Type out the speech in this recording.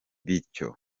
bityo